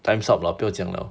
time's up 了不要讲 liao